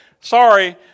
sorry